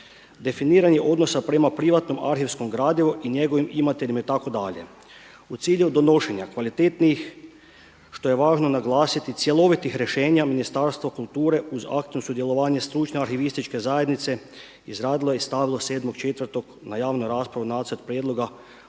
definiranje odnosa prema privatnom arhivskom gradivu i njegovim imateljima itd. U cilju donošenja kvalitetnijih što je važno naglasiti, cjelovitih rješenja Ministarstvo kulture uz aktivno sudjelovanje stručne arhivističke zajednice izradilo je i stavilo 7.4. na javnu raspravu Nacrt prijedloga